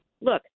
Look